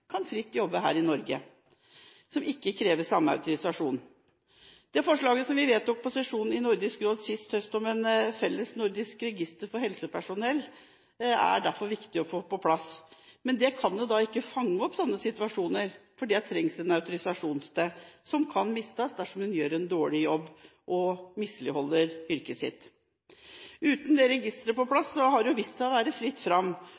kan fritt jobbe her i Norge, som ikke krever den samme autorisasjonen. Det forslaget som vi vedtok på sesjonen i Nordisk råd sist høst om et felles nordisk register for helsepersonell, er derfor viktig å få på plass. Uten det kan man ikke fange opp slike situasjoner, fordi det trengs en autorisasjon som kan mistes dersom en gjør en dårlig jobb og misligholder yrket sitt. Uten det registeret på plass har det vist seg å være fritt fram.